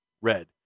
red